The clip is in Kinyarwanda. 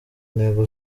ntego